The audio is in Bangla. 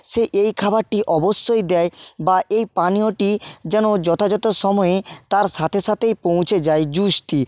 সে এই খাবারটি অবশ্যই দেয় বা এই পানীয়টি যেন যথাযথ সময়ে তার সাথে সাথেই পৌঁছে যায় জুসটি